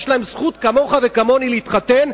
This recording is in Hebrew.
יש להם זכות כמוך וכמוני להתחתן.